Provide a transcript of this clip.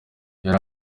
yari